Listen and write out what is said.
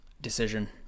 decision